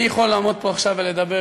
אני יכול לעמוד פה עכשיו ולדבר,